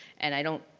and i don't.